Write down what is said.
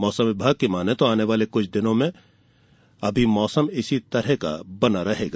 मौसम विभाग की माने तो आने वाले कुछ दिनों तक अभी मौसम इसी तरह का बना रहेगा